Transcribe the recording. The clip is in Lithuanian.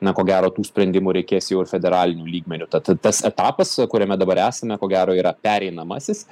na ko gero tų sprendimų reikės jau ir federaliniu lygmeniu tad tas etapas kuriame dabar esame ko gero yra pereinamasis